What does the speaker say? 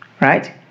right